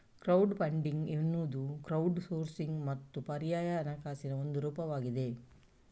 crowd funding ಎನ್ನುವುದು crowd sourcing ಮತ್ತು ಪರ್ಯಾಯ ಹಣಕಾಸಿನ ಒಂದು ರೂಪವಾಗಿದೆ